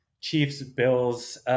Chiefs-Bills